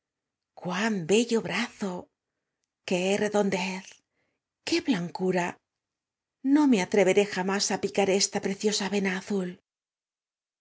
cuán bello brazo qué redondez qué blancura no me atreveré jamás á picar esta preciosa vena azul